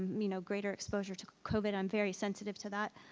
you know, greater exposure to covid. i'm very sensitive to that.